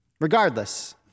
Regardless